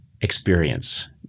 experience